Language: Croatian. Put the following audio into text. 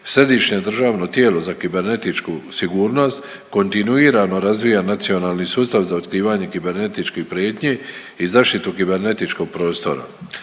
središnje državno tijelo za kibernetičku sigurnost kontinuirano razvija nacionalni sustav za otkrivanje kibernetičkih prijetnji i zaštitu kibernetičkog prostora.